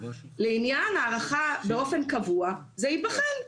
לעניין הארכה באופן קבוע, זה ייבחן.